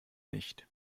nicht